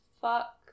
fuck